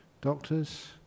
Doctors